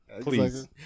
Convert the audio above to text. please